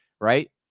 Right